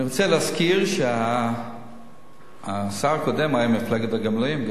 אני רוצה להזכיר שהשר הקודם היה ממפלגת הגמלאים.